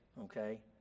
Okay